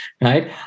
right